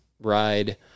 ride